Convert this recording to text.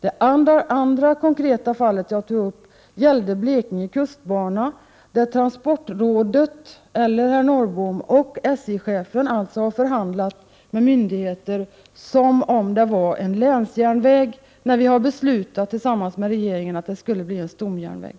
Ett annat konkret fall som jag tog upp gällde Blekinge kustbana, där transportrådet eller herr Norrbom och SJ-chefen har förhandlat med myndigheter som om det var en länsjärnväg, när vi tillsammans med regeringen har beslutat att det skulle bli en stomjärnväg.